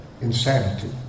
insanity